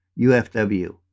UFW